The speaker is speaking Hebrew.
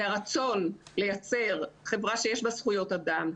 והרצון לייצר חברה שיש בה זכויות אדם,